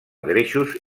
greixos